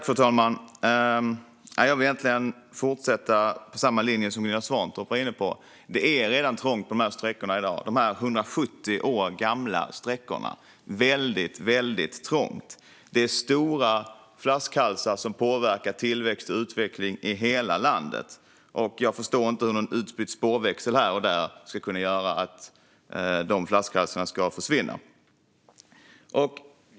Fru talman! Jag vill egentligen fortsätta på samma linje som Gunilla Svantorp var inne på. Det är redan trångt på de här sträckorna i dag - de 170 år gamla sträckorna. Det är väldigt, väldigt trångt. Det är stora flaskhalsar som påverkar tillväxt och utveckling i hela landet, och jag förstår inte hur någon utbytt spårväxel här och där ska kunna göra att dessa flaskhalsar försvinner.